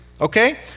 okay